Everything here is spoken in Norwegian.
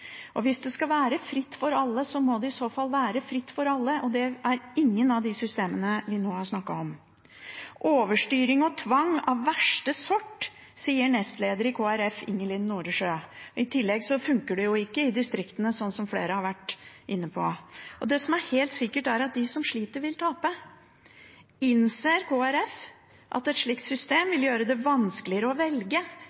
Hvis det skal være fritt for alle, må det i så fall være fritt for alle – og det er ingen av de systemene vi nå har snakket om. Overstyring og tvang av verste sort, sier nestleder Ingelin Noresjø i Kristelig Folkeparti. I tillegg funker det ikke i distriktene, slik som flere har vært inne på. Det som er helt sikkert, er at de som sliter, vil tape. Innser Kristelig Folkeparti at et slikt system